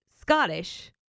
Scottish